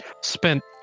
spent